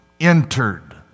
entered